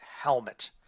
helmet